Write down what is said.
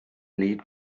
wlyb